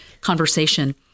conversation